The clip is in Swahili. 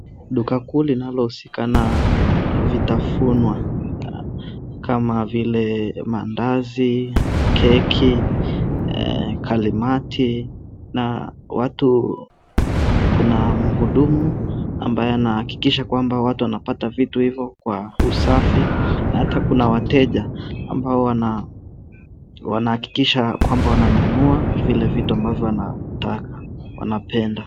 Duka kuu linalohusikana na vitafunwa, kama vile mandazi, keki, kaimati na watu. Kuna mhudumu ambaye anahakikisha kwamba watu wanapata vitu hivyo kwa usafi. Na hata kuna wateja ambao wanahakikisha kwamba wananunua vile vitu ambavyo wanataka, wanapenda.